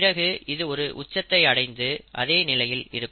பிறகு இது ஒரு உச்சத்தை அடைந்து அதே நிலையில் இருக்கும்